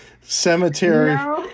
cemetery